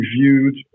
reviewed